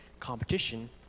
competition